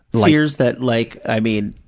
like fears that like, i mean,